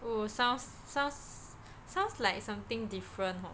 oh sounds sounds sounds like something different